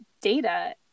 data